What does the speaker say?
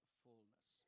fullness